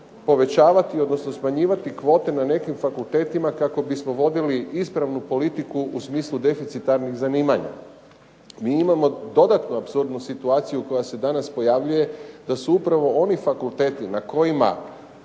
povećavati, odnosno smanjivati kvote na nekim fakultetima kako bismo vodili ispravnu politiku u smislu deficitarnih zanimanja. Mi imamo dodatnu apsurdnu situaciju koja se danas pojavljuje da su upravo oni fakulteti na kojima,